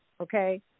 Okay